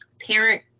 parent